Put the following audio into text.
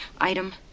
item